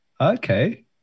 Okay